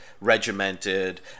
regimented